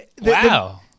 Wow